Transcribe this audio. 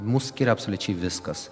mus skiria absoliučiai viskas